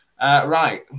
Right